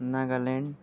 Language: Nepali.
नागाल्यान्ड